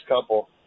couple